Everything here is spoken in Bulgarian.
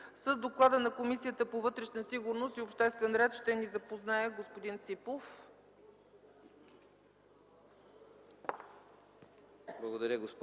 С доклада на Комисията по вътрешна сигурност и обществен ред ще ни запознае господин Ципов.